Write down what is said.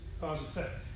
cause-effect